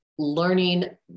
Learning